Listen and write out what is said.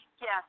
Yes